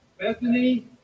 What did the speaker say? Bethany